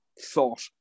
thought